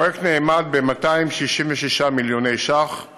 הפרויקט נאמד ב-266 מיליוני שקלים